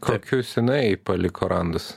kokius jinai paliko randus